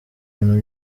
ibintu